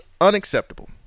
unacceptable